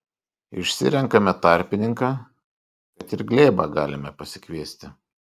išsirenkame tarpininką kad ir glėbą galime pasikviesti